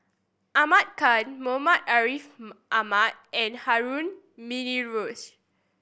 Ahmad Khan Muhammad Ariff Ahmad and Harun Aminurrashid